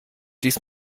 dies